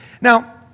Now